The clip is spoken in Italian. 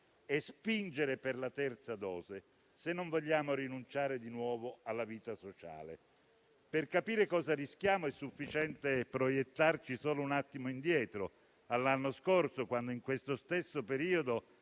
e spingere per la terza dose se non vogliamo rinunciare di nuovo alla vita sociale. Per capire cosa rischiamo è sufficiente proiettarci solo un attimo indietro, all'anno scorso, quando, in questo stesso periodo,